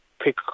pick